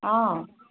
অঁ